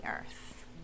earth